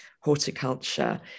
horticulture